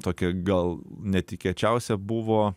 tokia gal netikėčiausia buvo